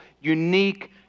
unique